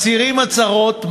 מצהירים הצהרות,